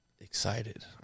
excited